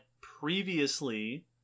previously